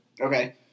Okay